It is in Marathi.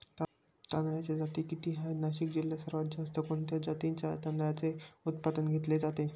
तांदळाच्या जाती किती आहेत, नाशिक जिल्ह्यात सर्वात जास्त कोणत्या जातीच्या तांदळाचे उत्पादन घेतले जाते?